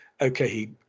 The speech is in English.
okay